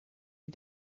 wie